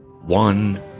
one